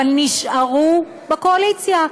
אבל נשארו בקואליציה,